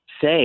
say